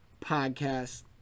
podcast